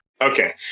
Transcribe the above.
Okay